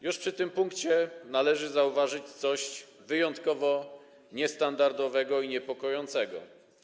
Już przy tym punkcie należy zauważyć coś wyjątkowo niestandardowego i niepokojącego.